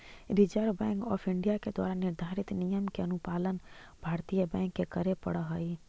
reserve Bank of India के द्वारा निर्धारित नियम के अनुपालन भारतीय बैंक के करे पड़ऽ हइ